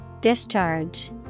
Discharge